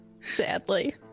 Sadly